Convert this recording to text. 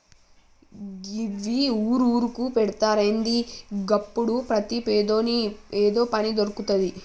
గివ్వి ఊరూరుకు పెడ్తరా ఏంది? గప్పుడు ప్రతి పేదోని ఏదో పని దొర్కుతది